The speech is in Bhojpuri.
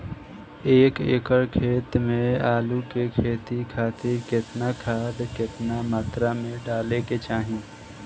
एक एकड़ खेत मे आलू के खेती खातिर केतना खाद केतना मात्रा मे डाले के चाही?